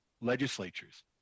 legislatures